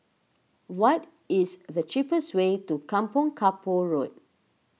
what is the cheapest way to Kampong Kapor Road